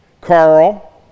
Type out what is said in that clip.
Carl